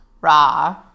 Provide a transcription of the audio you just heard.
ra